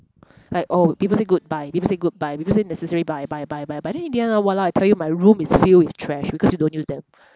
like oh people say good buy say good buy people say necessary buy buy buy buy buy then in the end hor !walao! I tell you my room is filled with trash because you don't use them